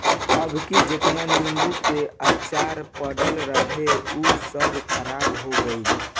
अबकी जेतना नीबू के अचार पड़ल रहल हअ सब खराब हो गइल